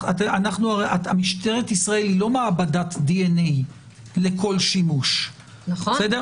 משטרת ישראל היא לא מעבדת דנ"א לכל שימוש, בסדר?